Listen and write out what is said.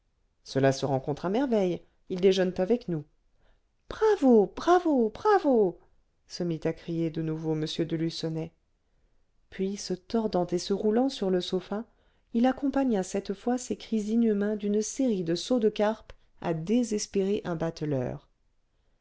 cela se rencontre à merveille ils déjeunent avec nous bravo bravo bravo se mit à crier de nouveau m de lucenay puis se tordant et se roulant sur le sofa il accompagna cette fois ses cris inhumains d'une série de sauts de carpe à désespérer un bateleur